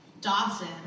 Dawson